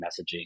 messaging